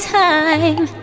time